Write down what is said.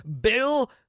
Bill